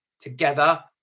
together